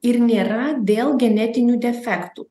ir nėra dėl genetinių defektų